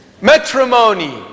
Matrimony